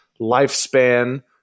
lifespan